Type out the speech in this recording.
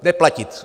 Neplatit.